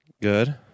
Good